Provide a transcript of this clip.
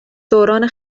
دوران